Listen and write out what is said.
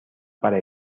para